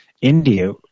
India